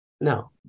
No